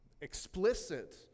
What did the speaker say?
explicit